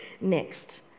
next